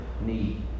need